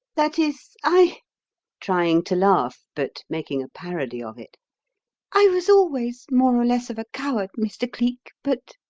that is i trying to laugh, but making a parody of it i was always more or less of a coward, mr. cleek, but.